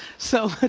so